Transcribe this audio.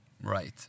Right